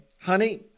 honey